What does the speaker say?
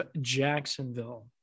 Jacksonville